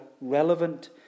relevant